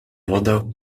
wodę